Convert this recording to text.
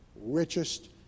richest